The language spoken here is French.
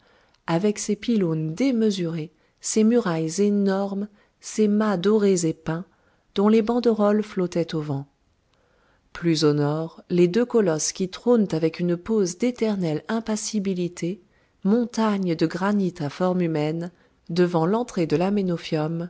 avec ses pylônes démesurés ses murailles énormes ses mâts dorés et peints dont les banderoles flottaient au vent plus au nord les deux colosses qui trônent avec une pose d'éternelle impassibilité montagne de granit à forme humaine devant l'entrée de l'aménophium